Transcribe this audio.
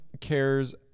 cares